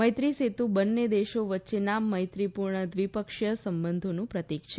મૈત્રી સેતુ બંને દેશો વચ્ચેના મૈત્રીપૂર્ણ દ્વિપક્ષીય સંબંધોનું પ્રતિક છે